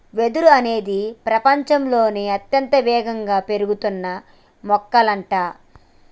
వెదురు అనేది ప్రపచంలోనే అత్యంత వేగంగా పెరుగుతున్న మొక్కలంట